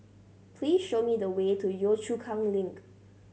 please show me the way to Yio Chu Kang Link